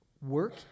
work